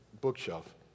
bookshelf